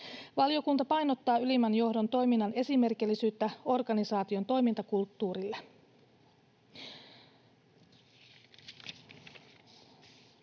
Valiokunta painottaa ylimmän johdon toiminnan esimerkillisyyttä organisaation toimintakulttuurille.